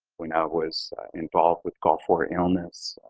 when i was involved with gulf war illness,